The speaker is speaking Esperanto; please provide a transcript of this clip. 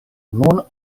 nun